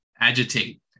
agitate